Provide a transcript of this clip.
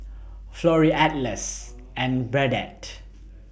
Florrie Atlas and Burdette